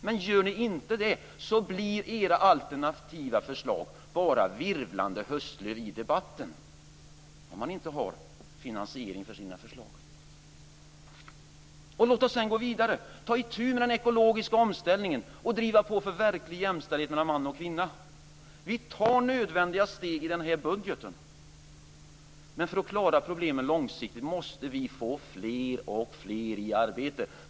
Men gör ni inte det, blir era alternativa förslag bara virvlande höstlöv i debatten. Och låt oss sedan gå vidare och ta itu med den ekologiska omställningen och driva på för verklig jämställdhet mellan man och kvinna. Vi tar nödvändiga steg i denna budget, men för att klara problemen långsiktigt måste vi få fler i arbete.